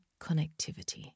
connectivity